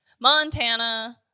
Montana